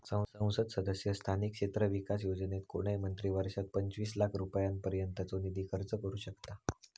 संसद सदस्य स्थानिक क्षेत्र विकास योजनेत कोणय मंत्री वर्षात पंचवीस लाख रुपयांपर्यंतचो निधी खर्च करू शकतां